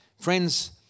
Friends